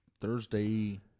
Thursday